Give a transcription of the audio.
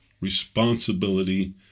responsibility